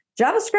JavaScript